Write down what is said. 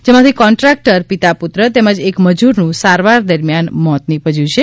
જેમાંથી કોન્ટ્રાક્ટર પિતા પુત્ર તેમજ એક મજૂરનું સારવાર દરમ્યાન મોત નિપજ્યું છે